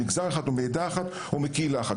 ממגזר אחד או מעדה אחת או מקהילה אחת,